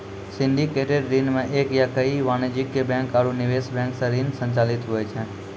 syndicated ऋण मे एक या कई वाणिज्यिक बैंक आरू निवेश बैंक सं ऋण संचालित हुवै छै